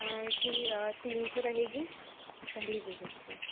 जी तीन सौ रहेगी पहली विज़िट पे